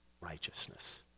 righteousness